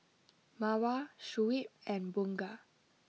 Mawar Shuib and Bunga